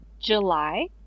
July